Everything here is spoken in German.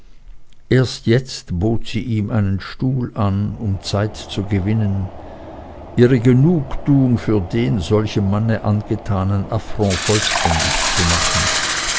erst jetzt bot sie ihm einen stuhl an um zeit zu gewinnen ihre genugtuung für den solchem manne angetanen affront vollständig zu machen